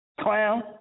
clown